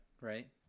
right